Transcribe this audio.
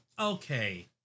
okay